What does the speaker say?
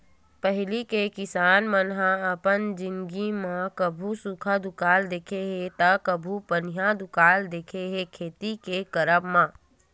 पहिली के किसान मन ह अपन जिनगी म कभू सुक्खा दुकाल देखे हे ता कभू पनिहा दुकाल देखे हे खेती के करब म